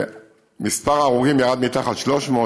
ומספר ההרוגים ירד מתחת ל-300.